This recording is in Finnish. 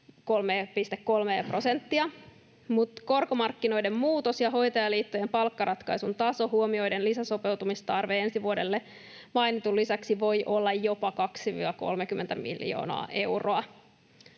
3,3:a prosenttia, mutta korkomarkkinoiden muutos ja hoitajaliittojen palkkaratkaisun taso huomioiden lisäsopeutumistarve ensi vuodelle mainitun lisäksi voi olla jopa 20—30 miljoonaa euroa.